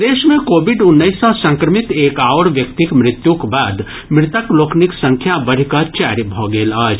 प्रदेश मे कोविड उन्नैस सँ संक्रमित एक आओर व्यक्तिक मृत्युक बाद मृतक लोकनिक संख्या बढ़ि कऽ चारि भऽ गेल अछि